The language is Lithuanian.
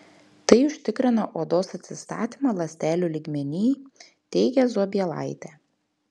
tai užtikrina odos atsistatymą ląstelių lygmenyj teigė zobielaitė